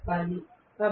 చెప్పాలి